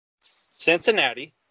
Cincinnati